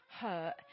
hurt